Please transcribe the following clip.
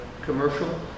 commercial